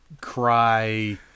cry